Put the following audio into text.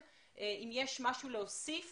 אם יש לך משהו להוסיף.